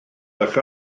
eich